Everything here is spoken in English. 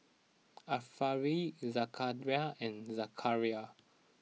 Arifa Zakaria and Zakaria